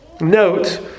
Note